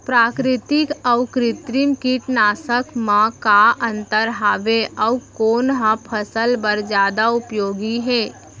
प्राकृतिक अऊ कृत्रिम कीटनाशक मा का अन्तर हावे अऊ कोन ह फसल बर जादा उपयोगी हे?